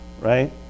Right